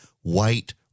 white